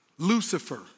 Lucifer